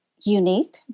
unique